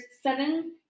seven